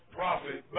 profit